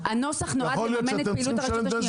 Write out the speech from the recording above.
הנוסח נועד לממן את פעילות הרשות השנייה.